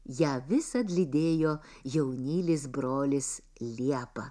ją visad lydėjo jaunylis brolis liepa